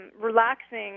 relaxing